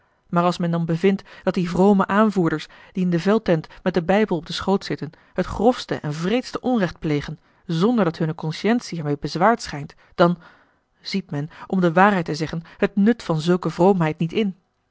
maar als men dan bevindt dat die vrome aanvoerders die in de veldtent met den bijbel op den schoot zitten het grofste en wreedste onrecht plegen zonderdat hunne consciëntie er meê bezwaart schijnt dan ziet men om de waarheid te zeggen het nut van zulke vroomheid niet in